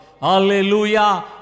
Hallelujah